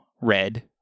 red